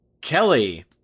Kelly